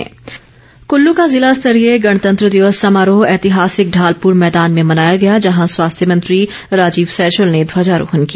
कुल्लु गणतंत्र दिवस कुल्लू का जिला स्तरीय गणतंत्र दिवस समारोह ऐतिहासिक ढालप्र मैदान में मनाया गया जहां स्वास्थ्य मंत्री राजीव सैजल ने ध्वजारोहण किया